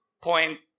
point